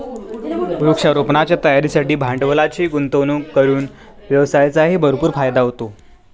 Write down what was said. वृक्षारोपणाच्या तयारीसाठी भांडवलाची गुंतवणूक करून व्यवसायाचाही भरपूर फायदा होतो